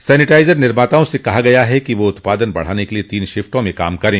sanitiser निर्माताओं से कहा गया है कि वे उत्पादन बढ़ाने के लिए तीन शिफ्टों में काम करें